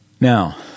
Now